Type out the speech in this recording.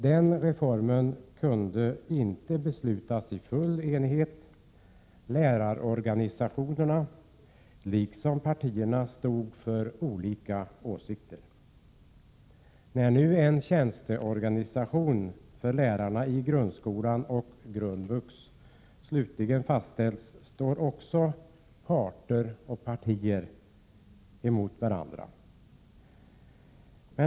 Den reformen kunde inte beslutas i full enighet. Lärarorganisationerna, liksom partierna, hade olika åsikter. När tjänsteorganisationen för lärarna i grundskolan och grundvux slutligen fastställs står åter parter och partier emot varandra.